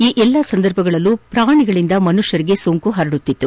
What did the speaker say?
ಈ ಎಲ್ಲಾ ಸಂದರ್ಭಗಳಲ್ಲೂ ಪ್ರಾಣಿಗಳಿಂದ ಮನುಷ್ಕರಿಗೆ ಸೋಂಕು ಪರಡುತ್ತಿತ್ತು